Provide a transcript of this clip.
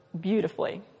beautifully